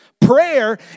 Prayer